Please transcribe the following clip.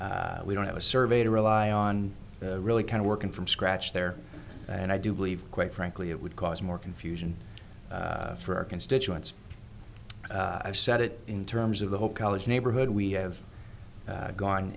on we don't have a survey to rely on really kind of working from scratch there and i do believe quite frankly it would cause more confusion for our constituents i've said it in terms of the whole college neighborhood we have gone